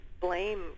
blame